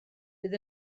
fydd